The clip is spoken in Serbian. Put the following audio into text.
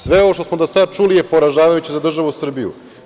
Sve ovo što smo do sada čuli je poražavajuće za državu Srbiju.